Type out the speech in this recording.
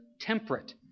temperate